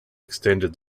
extended